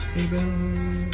Baby